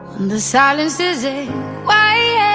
the silence isn't like